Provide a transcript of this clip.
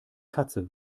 katze